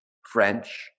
french